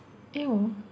!eww!